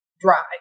dry